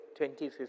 2015